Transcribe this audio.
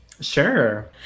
Sure